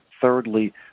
thirdly